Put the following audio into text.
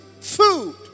food